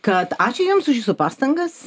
kad ačiū jums už jūsų pastangas